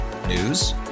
News